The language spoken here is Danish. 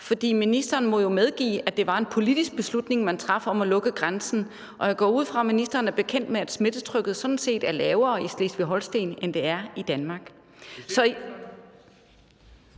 for ministeren må jo medgive, at det var en politisk beslutning, man traf, om at lukke grænsen, og jeg går ud fra, at ministeren er bekendt med, at smittetrykket sådan set er lavere i Slesvig-Holsten, end det er i Danmark.